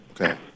Okay